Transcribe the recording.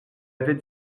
avait